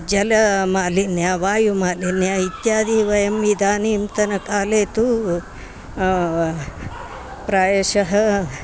जलमालिन्यं वायुमालिन्यम् इत्यादि वयम् इदानीन्तनकाले तु प्रायशः